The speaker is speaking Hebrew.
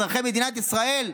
אזרחי מדינת ישראל?